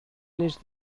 les